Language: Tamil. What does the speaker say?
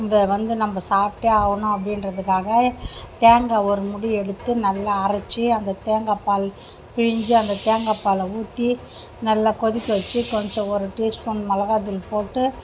இதை வந்து நம்ம சாப்பிட்டே ஆகணும் அப்படின்றதுக்காக தேங்காய் ஒரு மூடி எடுத்து நல்லா அரைச்சி அந்த தேங்காய்ப்பால் பிழிஞ்சு அந்த தேங்காப்பாலை ஊற்றி நல்லா கொதிக்க வச்சு கொஞ்சம் ஒரு டீஸ்பூன் மிளகாத்தூள் போட்டு